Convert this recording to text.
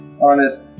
honest